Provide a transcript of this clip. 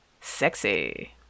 sexy